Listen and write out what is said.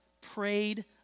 prayed